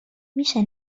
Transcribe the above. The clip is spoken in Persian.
میشه